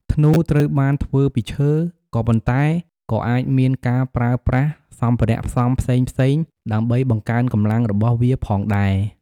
ធ្នូ ត្រូវបានធ្វើពីឈើ ក៏ប៉ុន្តែក៏អាចមានការប្រើប្រាស់សម្ភារៈផ្សំផ្សេងៗដើម្បីបង្កើនកម្លាំងរបស់វាផងដែរ។